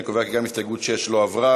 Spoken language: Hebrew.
אני קובע כי גם הסתייגות 6 לא התקבלה.